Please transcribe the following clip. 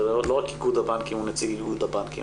זה לא רק איגוד הבנקים או נציג איגוד הבנקים,